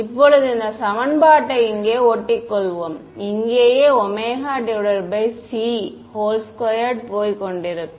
இப்போது இந்த சமன்பாட்டை இங்கே ஒட்டிக்கொள்வோம் இங்கேயே ωc2 போய் கொண்டு இருக்கும்